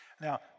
Now